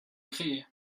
créer